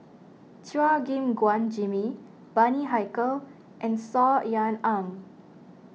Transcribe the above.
Chua Gim Guan Jimmy Bani Haykal and Saw Ean Ang